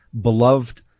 beloved